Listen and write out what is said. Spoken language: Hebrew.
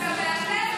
אתה מעכב מעונות,